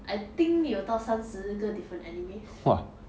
I think 有到三十个 different animes